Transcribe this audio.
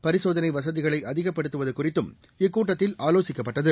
பரிசோதனைவசதிகளைஅதிகப்படுத்துவதுகுறித்தும் இக்கூட்டத்தில் ஆலோசிக்கப்பட்டது